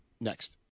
next